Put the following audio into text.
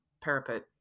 parapet